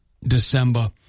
December